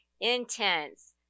intense